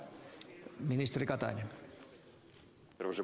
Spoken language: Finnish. arvoisa puhemies